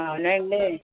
అవునాండి